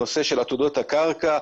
הנושא של עתודות הקרקע,